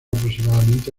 aproximadamente